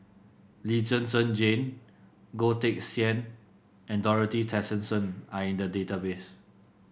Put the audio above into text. Lee Zhen Zhen Jane Goh Teck Sian and Dorothy Tessensohn are in the database